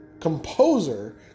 composer